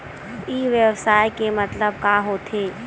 ई व्यवसाय के मतलब का होथे?